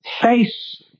face